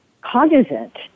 cognizant